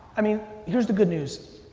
i mean, here's the good news.